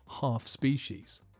half-species